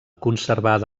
conservada